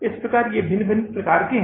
इस प्रकार ये भिन्न भिन्न प्रकार के हैं